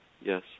yes